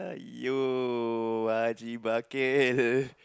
!aiyo! haji bucket